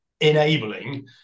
enabling